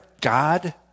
God